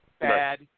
Bad